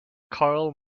karl